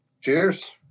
cheers